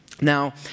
Now